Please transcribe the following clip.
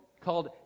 called